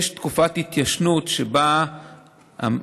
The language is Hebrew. יש תקופת התיישנות שבה הממלכה,